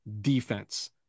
defense